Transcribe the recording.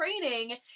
training